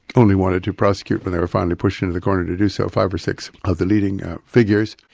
only wanted to prosecute when they were finally pushed into the corner to do so, five or six of the leading figures.